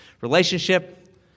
relationship